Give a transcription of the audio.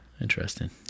interesting